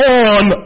on